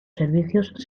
servicios